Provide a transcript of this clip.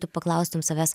tu paklaustum savęs